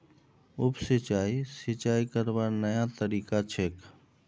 उप सिंचाई, सिंचाई करवार नया तरीका छेक